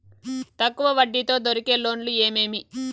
తక్కువ వడ్డీ తో దొరికే లోన్లు ఏమేమి